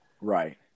Right